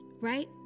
Right